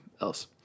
else